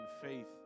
faith